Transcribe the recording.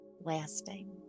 lasting